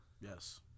Yes